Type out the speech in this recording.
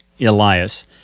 Elias